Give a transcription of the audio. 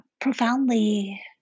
profoundly